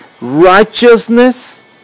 righteousness